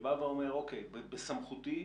שבא ואומר: אוקיי, בסמכותי,